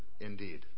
indeed